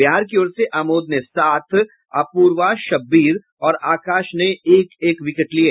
बिहार की ओर से अमोद ने सात अपूर्वा शब्बीर और आकाश ने एक एक विकेट लिये